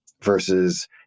versus